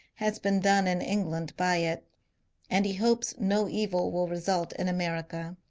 has been done in england by it and he hopes no evil will result in america.